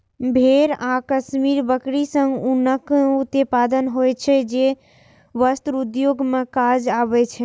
भेड़ आ कश्मीरी बकरी सं ऊनक उत्पादन होइ छै, जे वस्त्र उद्योग मे काज आबै छै